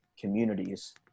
communities